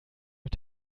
mit